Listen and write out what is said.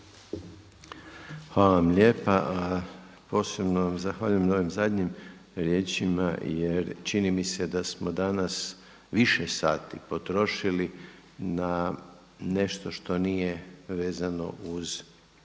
Hvala vam lijepa. Posebno vam zahvaljujem na ovim zadnjim riječima, jer čini mi se da smo danas više sati potrošili na nešto što nije vezano uz